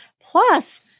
Plus